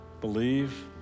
believe